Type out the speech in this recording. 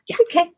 Okay